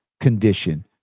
condition